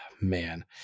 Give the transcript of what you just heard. man